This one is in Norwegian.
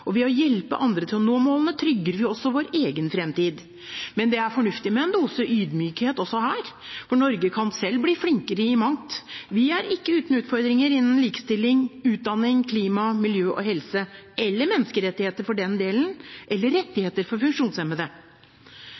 Og ved å hjelpe andre til å nå målene trygger vi også vår egen fremtid. Men det er fornuftig med en dose ydmykhet også her, for Norge kan selv bli flinkere i mangt. Vi er ikke uten utfordringer innen likestilling, utdanning, klima, miljø og helse, eller menneskerettigheter, for den del, eller rettigheter for funksjonshemmede.